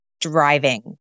driving